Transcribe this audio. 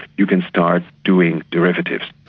you can start doing derivatives.